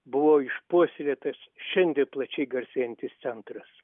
buvo išpuoselėtas šiandien plačiai garsėjantis centras